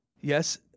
Yes